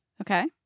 Okay